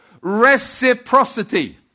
Reciprocity